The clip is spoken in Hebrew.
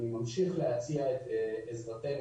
אני ממשיך להציע את עזרתנו,